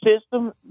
system